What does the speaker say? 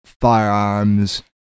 firearms